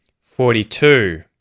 Forty-two